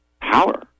power